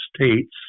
states